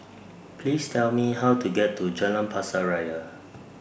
Please Tell Me How to get to Jalan Pasir Ria